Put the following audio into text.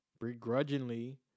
begrudgingly